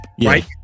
Right